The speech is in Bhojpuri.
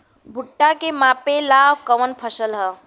भूट्टा के मापे ला कवन फसल ह?